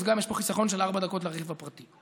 אז יש פה גם חיסכון של ארבע דקות לרכב הפרטי.